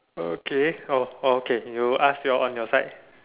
okay oh okay you ask on your side